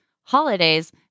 holidays